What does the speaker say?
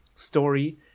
Story